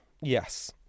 yes